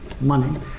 Money